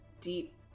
deep